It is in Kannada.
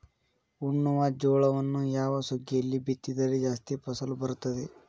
ಉಣ್ಣುವ ಜೋಳವನ್ನು ಯಾವ ಸುಗ್ಗಿಯಲ್ಲಿ ಬಿತ್ತಿದರೆ ಜಾಸ್ತಿ ಫಸಲು ಬರುತ್ತದೆ?